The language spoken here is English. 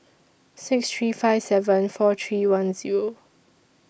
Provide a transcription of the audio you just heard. six three five seven four three one Zero